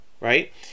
right